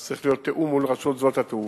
זה צריך להיות בתיאום עם רשות שדות התעופה,